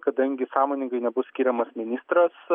kadangi sąmoningai nebus skiriamas ministras